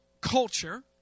culture